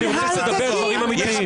אני ממליץ לדבר דברים אמיתיים.